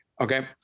okay